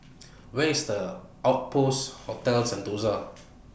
Where IS The Outpost Hotel Sentosa